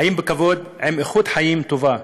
חיים בכבוד עם איכות חיים טובה,